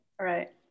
right